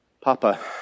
Papa